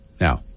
now